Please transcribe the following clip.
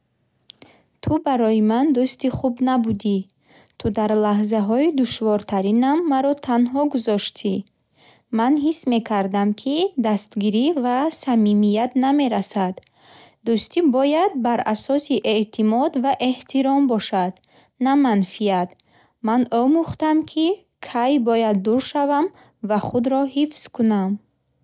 Ту барои ман дӯсти хуб набудӣ. Ту дар лаҳзаҳои душвортаринам маро танҳо гузоштӣ. Ман ҳис мекардам, ки дастгирӣ ва самимият намерасад. Дӯстӣ бояд бар асоси эътимод ва эҳтиром бошад, на манфиат. Ман омӯхтам, ки кай бояд дур шавам ва худро ҳифз кунам.